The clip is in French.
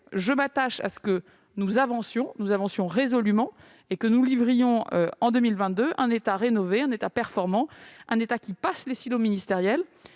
je m'attache à ce que nous avancions résolument et que nous livrions en 2022 un État rénové, un État performant, un État qui dépasse les silos ministériels.